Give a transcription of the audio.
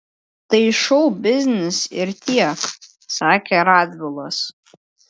tai šou biznis ir tiek sakė radvilas